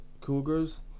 Cougars